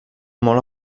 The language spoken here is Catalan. molt